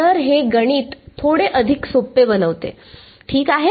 तर हे गणित थोडे अधिक सोपे बनवते ठीक आहे